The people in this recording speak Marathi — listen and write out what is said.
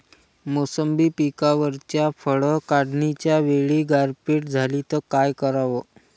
मोसंबी पिकावरच्या फळं काढनीच्या वेळी गारपीट झाली त काय कराव?